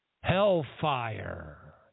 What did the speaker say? Hellfire